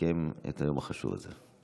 לסכם את היום החשוב הזה.